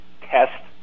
Test